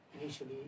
initially